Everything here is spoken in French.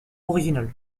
original